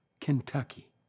Kentucky